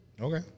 Okay